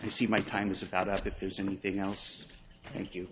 you see my time is about up if there's anything else thank you